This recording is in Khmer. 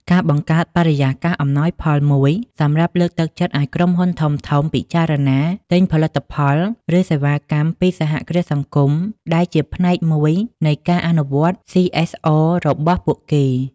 ការបង្កើតបរិយាកាសអំណោយផលមួយសម្រាប់លើកទឹកចិត្តឱ្យក្រុមហ៊ុនធំៗ ពិចារណាទិញផលិតផល ឬសេវាកម្មពីសហគ្រាសសង្គមដែលជាផ្នែកមួយនៃការអនុវត្ត សុី អេស អរ របស់ពួកគេ ។